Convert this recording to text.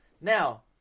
Now